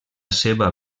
seva